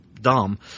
dumb